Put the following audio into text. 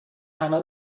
همه